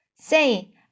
Say